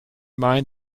mind